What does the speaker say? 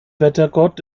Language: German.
wettergott